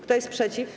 Kto jest przeciw?